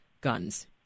guns